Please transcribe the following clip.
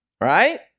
Right